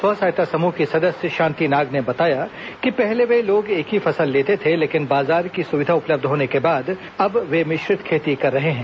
स्व सहायता महिला समूह की सदस्य शांति नाग ने बताया कि पहले वे लोग एक ही फसल लेते थे लेकिन बाजार की सुविधा उपलब्ध होने के बाद अब वे मिश्रित खेती कर रहे हैं